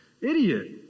idiot